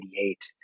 1988